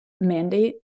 mandate